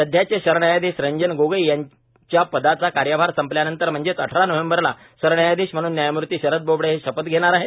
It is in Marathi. सध्याचे सरन्यायाधीश रंजन गोगोई यांच्या पदाचा कार्यभार संपल्यानंतर म्हणजेच अठरा नोव्हेंबरला सरन्यायाधीश म्हणून न्यायमूर्ती शरद बोबडे हे शपथ घेणार आहेत